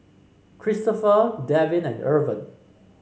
Cristofer Devin and Irven